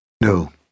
No